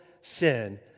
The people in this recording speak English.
sin